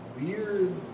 weird